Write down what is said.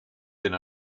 been